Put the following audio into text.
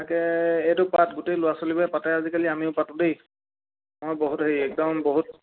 তাকে এইটো পাত গোটেই ল'ৰা ছোৱালীবোৰে পাতে আজিকালি আমিও পাতোঁ দেই মই বহুত হেৰি একদম বহুত